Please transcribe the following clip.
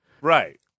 Right